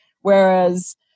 Whereas